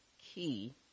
key